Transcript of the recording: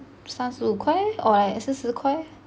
三十五块 or like 四十块